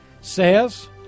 says